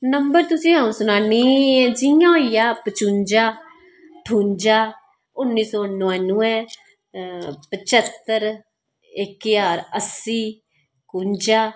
number तुसें अ'ऊं सनान्नी जि'यां होई गेआ पचुंजा ठुंजा उन्नी सौ नुआनुऐ पच्हत्तर इक ज्हार अस्सी कुंजा